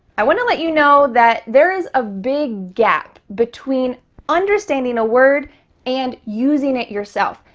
i wanna let you know that there is a big gap between understanding a word and using it yourself.